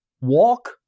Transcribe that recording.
walk